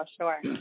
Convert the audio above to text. Sure